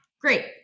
Great